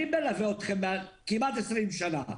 אני מלווה אתכם כמעט 20 שנה.